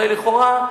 הרי לכאורה,